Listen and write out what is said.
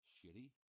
Shitty